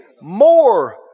More